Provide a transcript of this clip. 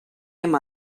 hem